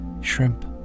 shrimp